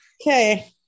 okay